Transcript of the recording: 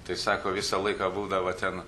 tai sako visą laiką būdavo ten